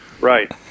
right